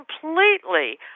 completely